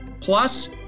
Plus